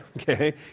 Okay